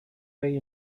way